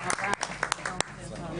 בהצלחה פנינה.